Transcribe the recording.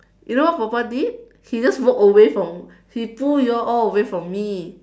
you know papa did he just all away from he pull you all away from me